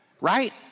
right